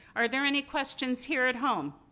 are there any questions here at home?